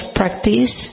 practice